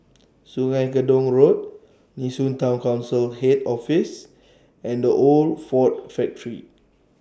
Sungei Gedong Road Nee Soon Town Council Head Office and The Old Ford Factory